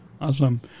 Awesome